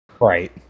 Right